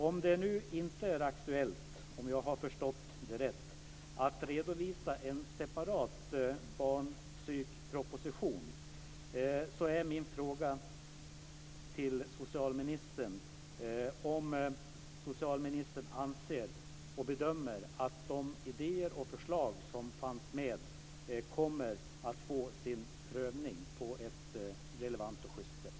Om det nu inte är aktuellt att redovisa en separat barnpsykproposition är min fråga till socialministern om socialministern anser och bedömer att de idéer och förslag som fanns med kommer att få sin prövning på ett relevant och just sätt.